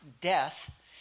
death